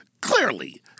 clearly